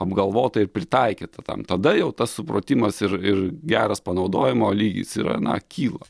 apgalvota ir pritaikyta tam tada jau tas supratimas ir ir geras panaudojimo lygis yra na kyla